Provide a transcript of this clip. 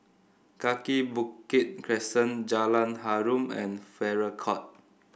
Kaki Bukit Crescent Jalan Harum and Farrer Court